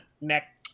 neck